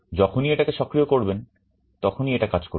যখনই এটাকে সক্রিয় করবেন তখনই এটা কাজ করবে